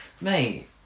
mate